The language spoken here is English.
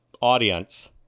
audience